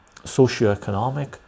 socioeconomic